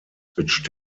which